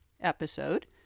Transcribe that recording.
episode